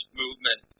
movement